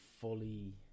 fully